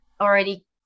already